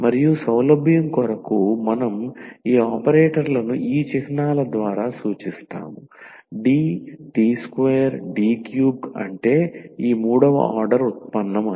మరియు సౌలభ్యం కొరకు మనం ఈ ఆపరేటర్లను ఈ చిహ్నాల ద్వారా సూచిస్తాము DD2D3 అంటే ఈ మూడవ ఆర్డర్ ఉత్పన్నం అని